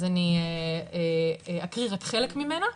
אז אני אקריא רק חלק ממנו,